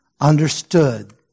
understood